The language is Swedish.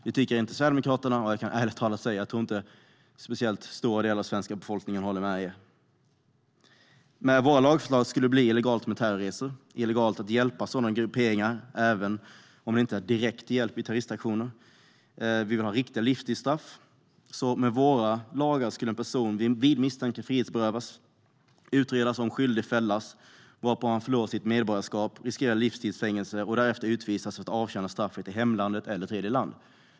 Det tycker inte Sverigedemokraterna, och jag kan ärligt talat säga att jag inte tror att speciellt stora delar av den svenska befolkningen håller med er. Med våra lagförslag skulle det bli illegalt med terrorresor och illegalt att hjälpa sådana här grupperingar även om det inte är direkt hjälp vid terroristaktioner. Vi vill ha riktiga livstidsstraff. Med våra lagar skulle en person vid misstanke frihetsberövas, utredas och om skyldig fällas varpå han skulle förlora sitt medborgarskap, riskera livstids fängelse och därefter utvisas för att avtjäna straffet i hemlandet eller i tredje land.